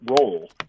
role